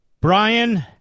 Brian